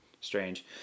strange